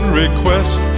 request